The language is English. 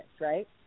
right